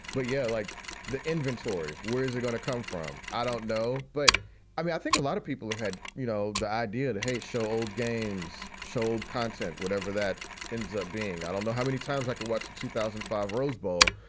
but yeah, like the inventory. where is it going to come from? i don't know. but i mean, i think a lot of people have had, you know the idea that, hey, show old games, sold content, whatever that ends up being. i don't know how many times i could watch the two thousand and five rose bowl,